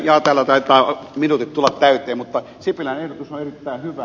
jaa täällä taitaa minuutit tulla täyteen mutta sipilän ehdotus on erittäin hyvä